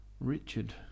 Richard